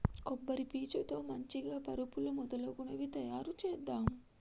కొబ్బరి పీచు తో మంచిగ పరుపులు మొదలగునవి తాయారు చేద్దాం